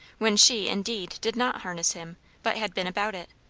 when she, indeed, did not harness him, but had been about it,